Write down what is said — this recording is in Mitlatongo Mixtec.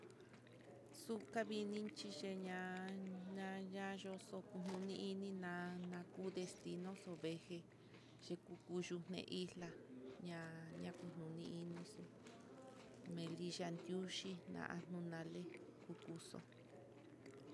Xu kavinichí yeña ñanayo xoku ini ná, na n ku destino xo vee xhiku chu yuu meixlei ñaña kunoni ini xo melichian nduchí nunale kukuxo.